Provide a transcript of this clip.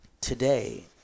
today